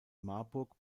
marburg